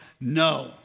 no